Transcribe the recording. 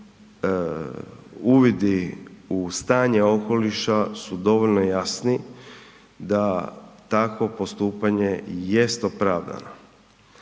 uvidi u stanje okoliša su dovoljno jasni da takvo postupanje jest opravdanje.